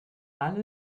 alle